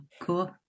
Cool